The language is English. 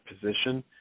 position